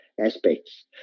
Aspects